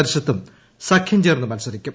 പരിഷത്തും സഖ്യം ചേർന്നു് മത്സരിക്കും